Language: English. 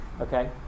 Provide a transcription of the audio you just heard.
okay